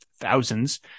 thousands